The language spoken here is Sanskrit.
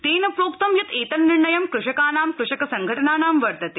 तेन प्रोक्त यत् एतन्निर्णय कृषकाना कृषक संघटनाना वर्तते